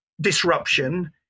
disruption